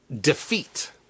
defeat